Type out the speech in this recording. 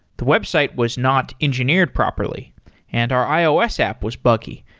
the website was not engineered properly and our ios app was buggy.